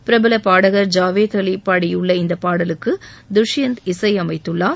பிரபல பாடகர் ஜாவேத் அலி பாடியுள்ள இந்த பாடலுக்கு துஷியந்த் இசை அமைத்துள்ளார்